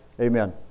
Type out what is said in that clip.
Amen